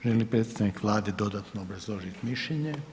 Želi li predstavnik Vlade dat dodatno obrazložit mišljenje?